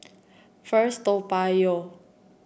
First Toa Payoh